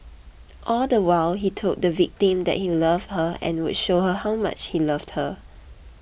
all the while he told the victim that he loved her and would show her how much he loved her